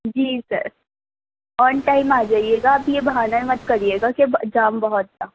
G sir on time آ جائیے گا آپ یہ بہانا مت کریے گا کہ جام بہت تھا